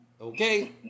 Okay